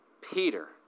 Peter